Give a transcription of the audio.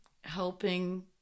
helping